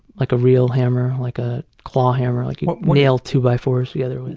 like a real hammer, like a claw hammer. like you nail two-by-fours together with.